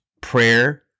prayer